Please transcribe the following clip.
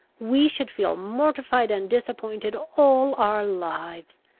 we should feel mortified and disappointed all our lives.